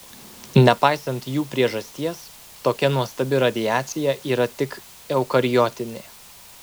nepaisant jų priežasties tokia nuostabi radiacija yra tik eukariotinė